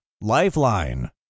lifeline